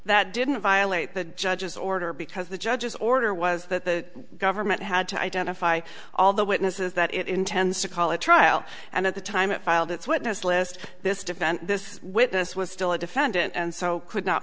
that didn't violate the judge's order because the judge's order was that the government had to identify all the witnesses that it intends to call a trial and at the time it filed its witness list this defense this witness was still a defendant and so could not